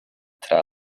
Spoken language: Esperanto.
tra